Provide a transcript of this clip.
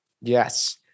Yes